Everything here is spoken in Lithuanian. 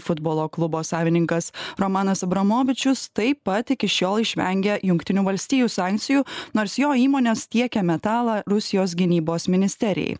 futbolo klubo savininkas romanas abramovičius taip pat iki šiol išvengė jungtinių valstijų sankcijų nors jo įmonės tiekia metalą rusijos gynybos ministerijai